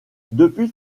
depuis